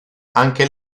anche